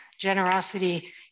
Generosity